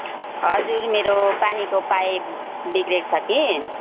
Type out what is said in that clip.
हजुर मेरो पानीको पाइप बिग्रेको छ कि